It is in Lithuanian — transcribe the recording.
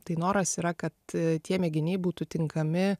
tai noras yra kad tie mėginiai būtų tinkami